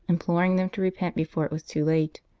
imploring them to repent before it was too late.